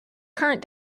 current